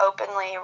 openly